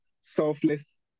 selfless